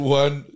one